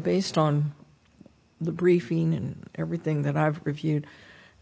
based on the briefing and everything that i've reviewed